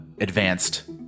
advanced